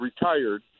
retired